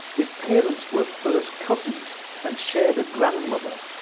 his parents were first cousins and shared a grandmother.